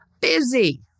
busy